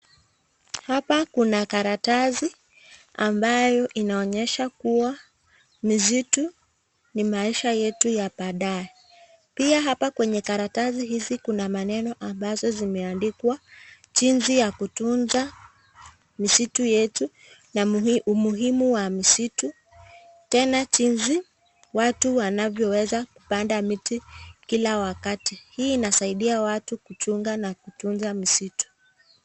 Hapa kuna karatasi ambayo inaonyesha kuwa misitu ni maisha yetu ya baadaye. Pia hapa kwenye karatasi hizi kuna maneno ambazo zimeandikwa jinsi ya kutunza misitu yetu na umuhimu wa misitu tena jinsi watu wanavyoweza kupanda miti kila wakati. Hii inasaidia watu kuchunga na kutunza misitu.